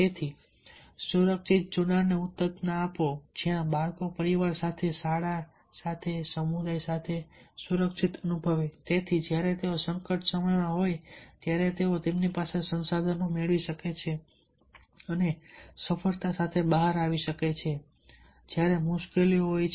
તેથી સુરક્ષિત જોડાણને ઉત્તેજન આપો જ્યાં બાળકો પરિવાર સાથે શાળા સાથે અને સમુદાય સાથે સુરક્ષિત અનુભવે અને તેથી જ્યારે તેઓ સંકટમાં હોય ત્યારે તેઓ તેમની પાસેથી સંસાધનો મેળવી શકે અને સફળતા સાથે બહાર આવી શકે જ્યારે મુશ્કેલીઓ હોય છે